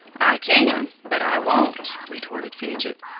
i can, but i won't, retorted fidget.